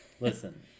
Listen